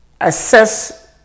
assess